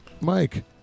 Mike